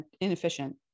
inefficient